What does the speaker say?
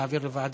להעביר לוועדה?